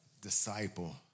Disciple